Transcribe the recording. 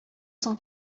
соң